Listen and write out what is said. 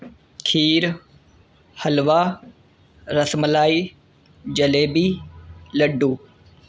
کھیر halwa rasmalai jalebi لڈو